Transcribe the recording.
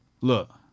Look